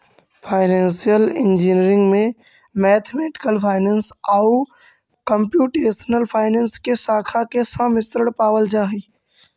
financial engineering में mathematical finance आउ computational finance के शाखा के सम्मिश्रण पावल जा हई